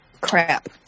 Crap